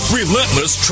relentless